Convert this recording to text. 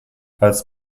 als